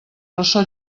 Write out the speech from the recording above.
ressò